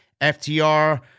FTR